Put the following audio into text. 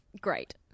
Great